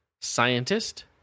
Scientist